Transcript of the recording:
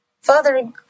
Father